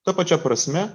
ta pačia prasme